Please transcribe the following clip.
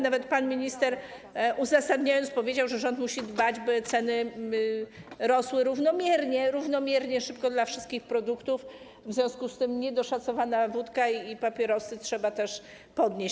Nawet pan minister, uzasadniając, powiedział, że rząd musi dbać, by ceny rosły równomiernie, równomiernie szybko dla wszystkich produktów, w związku z tym podatki od niedoszacowanej wódki i papierosów trzeba też podnieść.